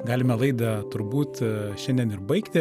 galime laidą turbūt šiandien ir baigti